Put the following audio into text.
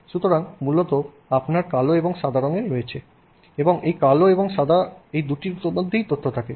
সুতরাং মূলত আপনার কালো এবং সাদা রঙের রয়েছে এবং এই কালো এবং সাদা এই দুটির মধ্যেই তথ্য থাকে